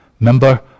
Remember